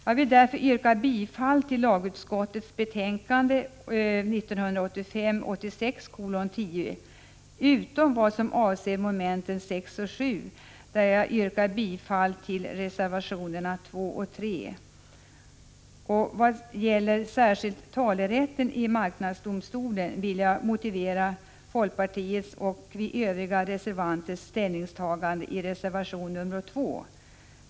Jag vill därför yrka bifall till lagutskottets hemställan i betänkande 1985/86:10 utom vad avser momenten 6 och 7, där jag yrkar bifall till reservationerna 2 och 3. Vad särskilt gäller talerätten i marknadsdomstolen vill jag motivera folkpartiets och övriga reservanters ställningstagande i reservation 2.